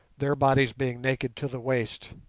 their bodies being naked to the waist.